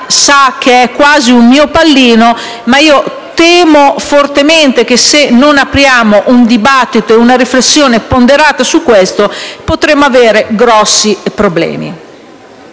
questo è quasi un mio pallino, ma temo fortemente che se non apriamo un dibattito e una riflessione ponderata su tale argomento potremo avere notevoli problemi.